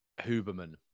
Huberman